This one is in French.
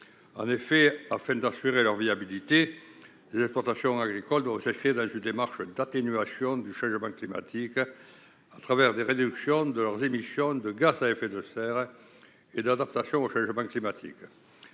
Pour assurer leur viabilité, les exploitations doivent s'inscrire dans une démarche d'atténuation du changement climatique, au travers des réductions de leurs émissions de gaz à effet de serre et de l'adaptation au changement climatique.